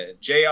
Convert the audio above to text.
JR